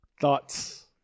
Thoughts